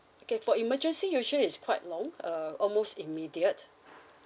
okay for emergency usually is quite long uh almost immediate